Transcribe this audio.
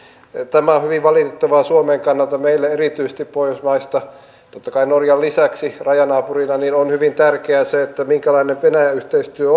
tämä on hyvin valitettavaa suomen kannalta meille erityisesti pohjoismaista totta kai norjan lisäksi rajanaapurina on hyvin tärkeää se minkälainen venäjä yhteistyö